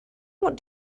what